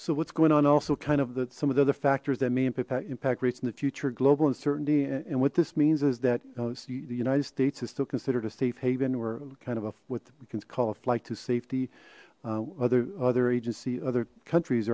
so what's going on also kind of that some of the other factors that may impact impact rates in the future global uncertainty and what this means is that the united states is still considered a safe haven or kind of a what we can call a flight to safety other other agency other countries